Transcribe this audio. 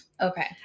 okay